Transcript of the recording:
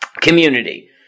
community